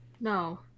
No